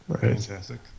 Fantastic